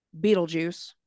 Beetlejuice